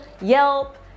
Yelp